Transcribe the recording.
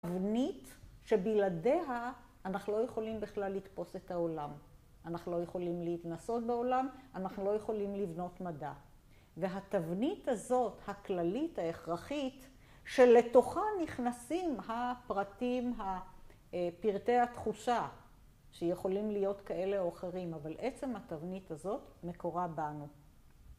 תבנית שבלעדיה אנחנו לא יכולים בכלל לתפוס את העולם. אנחנו לא יכולים להתנסות בעולם, אנחנו לא יכולים לבנות מדע. והתבנית הזאת הכללית, ההכרחית, שלתוכה נכנסים הפרטים, פרטי התחושה, שיכולים להיות כאלה או אחרים, אבל עצם התבנית הזאת מקורה בנו.